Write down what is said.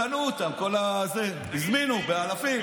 קנו אותם כל הזה, הזמינו באלפים.